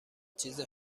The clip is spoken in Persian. چیز